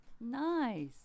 Nice